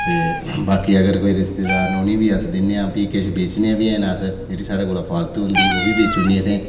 ते बाकी अगर कोई रिस्तेदार न उनें गी गी बी अस दिन्ने आं भी किश बेचने बी आं अस जेह्ड़ी साढ़े कोल फालतू होंदी ओह् बी बेची ओड़नी असें